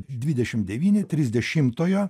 dvidešim devyni trisdešimtojo